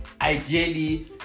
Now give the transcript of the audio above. ideally